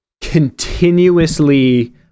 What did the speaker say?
continuously